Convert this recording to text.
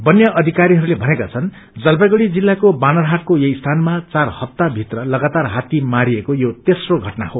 वन्य अधिकारीहरूले भनेका छन् जलपाईगुड़ी जिल्लाको बानहाटको यही स्थानमा चार हप्ताको भित्र लगातार हात्ती मारिएको यो तेस्रो घटना हो